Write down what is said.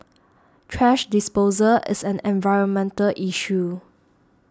trash disposal is an environmental issue